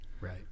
Right